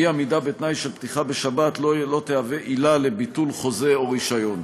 ואי-עמידה בתנאי של פתיחה בשבת לא יהווה עילה לביטול חוזה או רישיון.